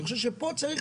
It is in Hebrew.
אני חושב שפה צריך